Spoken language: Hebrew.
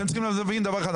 אתם צריכים להבין דבר אחד,